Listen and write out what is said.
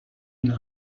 une